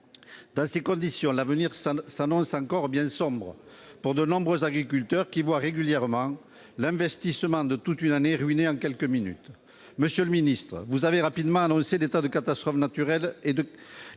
Dans ces conditions, l'avenir s'annonce encore bien sombre pour de nombreux agriculteurs, qui voient régulièrement l'investissement de toute une année ruiné en quelques minutes. Monsieur le ministre, vous avez rapidement annoncé la déclaration de l'état de catastrophe naturelle et la